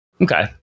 okay